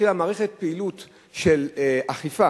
התחילה מערכת פעילות של אכיפה